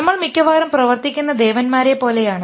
നമ്മൾ മിക്കവാറും പ്രവർത്തിക്കുന്ന ദേവന്മാരെ പോലെയാണ്